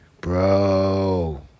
Bro